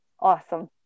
Awesome